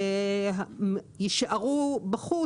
יישארו בחוץ,